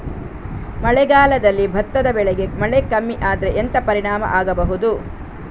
ಮಳೆಗಾಲದಲ್ಲಿ ಭತ್ತದ ಬೆಳೆಗೆ ಮಳೆ ಕಮ್ಮಿ ಆದ್ರೆ ಎಂತ ಪರಿಣಾಮ ಆಗಬಹುದು?